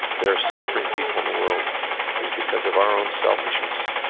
there are suffering people in the world is because of our own selfishness.